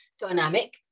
dynamic